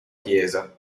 chiesa